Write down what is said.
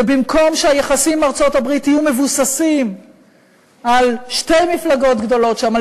ובמקום שהיחסים עם ארצות-הברית יהיו מבוססים על שתי מפלגות גדולות שם,